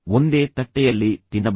ಒಂದೇ ತಟ್ಟೆಯಲ್ಲಿ ತಿನ್ನಬಹುದು